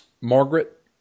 Margaret